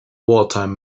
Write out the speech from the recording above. wartime